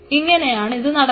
ഇങ്ങനെ ആണ് ഇത് നടക്കുന്നത്